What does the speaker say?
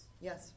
Yes